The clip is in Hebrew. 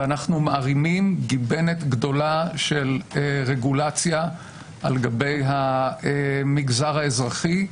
אנו מערימים גיבנת גדולה של רגולציה על גבי המגזר האזרחי.